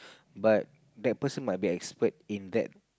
but that person might be expert in that